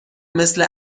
مثل